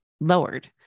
lowered